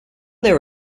their